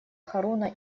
харуна